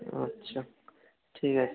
আচ্ছা ঠিক আছে ম্যাম